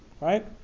right